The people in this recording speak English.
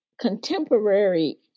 contemporary